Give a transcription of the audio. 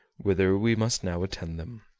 whither we must now attend them.